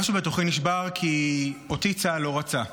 משהו בתוכי נשבר, כי אותי צה"ל לא רצה.